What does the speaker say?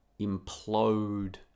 implode